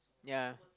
ya